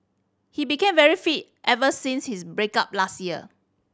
he became very fit ever since his break up last year